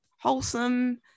wholesome